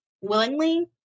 willingly